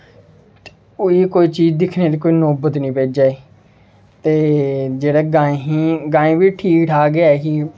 इ'यो जेही कोई चीज दिक्खने दी कोई नौबत नेईं पेई ते जेह्ड़ी गाईं ही गाईं बी ठीक ठाक ऐ ही